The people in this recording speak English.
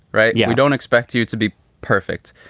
right? yeah. we don't expect you to be perfect.